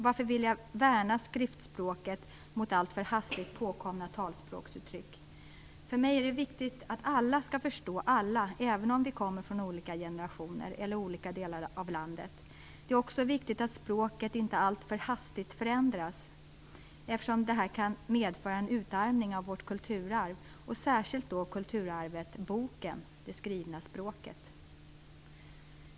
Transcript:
Varför vill jag värna skriftspråket mot alltför hastigt påkomna talspråksuttryck? För mig är det viktigt att alla skall förstå alla, även om vi kommer från olika generationer eller olika delar av landet. Det är också viktigt att språket inte alltför hastigt förändras, eftersom det kan medföra en utarmning av vårt kulturarv, särskilt av kulturarvet boken, det skrivna språket.